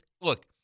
Look